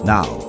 Now